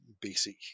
basic